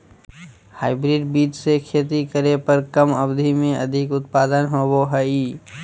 hybrid बीज से खेती करे पर कम अवधि में अधिक उत्पादन होबो हइ